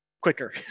quicker